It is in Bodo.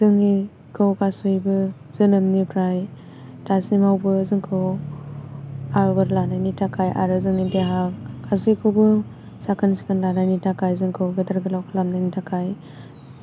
जोंनिखौ गासैबो जोनोमनिफ्राय दासिमावबो जोंखौ आबार लानायनि थाखाय आरो जोंनि देहा गासैखौबो साखोन सिखोन लानायनि थाखाय जोंखौ गेदेर गोलाव खालामनायनि थाखाय